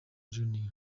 junior